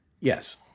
Yes